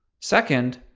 second,